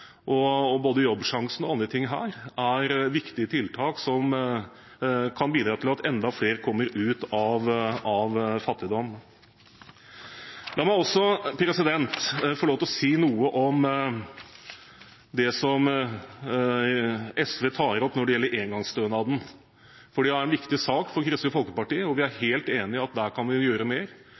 både Jobbsjansen og andre ting her er viktige tiltak som kan bidra til at enda flere kommer ut av fattigdom. La meg også få lov til å si noe om det som SV tar opp når det gjelder engangsstønaden, for det er en viktig sak for Kristelig Folkeparti, og vi er helt enig i at der kan vi gjøre mer.